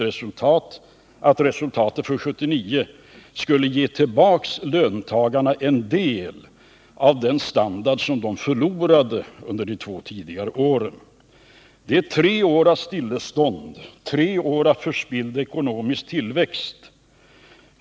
Resultatet för 1979 skulle alltså ge tillbaka till löntagarna en del av den standard som de förlorade under de två tidigare åren — det är tre år av stillestånd, tre år av förspilld ekonomisk tillväxt.